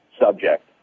subject